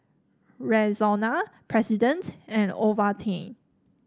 Rexona President and Ovaltine